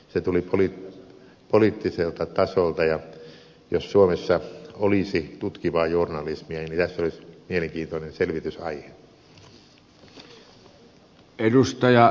se tuli poliittiselta tasolta ja jos suomessa olisi tutkivaa journalismia niin tässä olisi mielenkiintoinen selvitysaihe